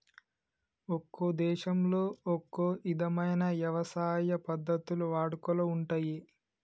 ఒక్కో దేశంలో ఒక్కో ఇధమైన యవసాయ పద్ధతులు వాడుకలో ఉంటయ్యి